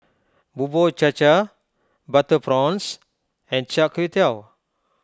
Bubur Cha Cha Butter Prawns and Char Kway Teow